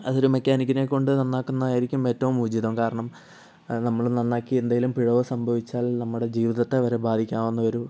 അത് ഒരു മെക്കാനിക്കിനെ കൊണ്ട് നന്നാക്കുന്നത് ആയിരിക്കും ഏറ്റവും ഉചിതം കാരണം അത് നമ്മൾ നന്നാക്കി എന്തേലും പിഴവ് സംഭവിച്ചാൽ നമ്മുടെ ജീവിതത്തെ വരെ ബാധിക്കാവുന്ന ഒരു